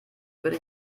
würde